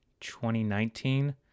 2019